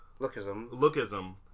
Lookism